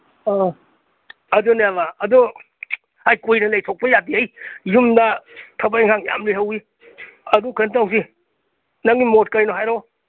ꯑꯥ ꯑꯗꯨꯅꯦꯕ ꯑꯗꯨ ꯍꯩ ꯀꯨꯏꯅ ꯂꯩꯊꯣꯛꯄ ꯌꯥꯗꯦꯍꯩ ꯌꯨꯝꯗ ꯊꯕꯛ ꯏꯪꯈꯥꯡ ꯌꯥꯝ ꯂꯩꯍꯧꯋꯤ ꯑꯗꯨ ꯀꯩꯅꯣ ꯇꯧꯁꯤ ꯅꯪꯒꯤ ꯃꯣꯠ ꯀꯩꯅꯣ ꯍꯥꯏꯔꯛꯑꯣ